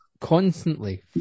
constantly